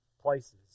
places